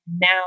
now